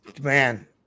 Man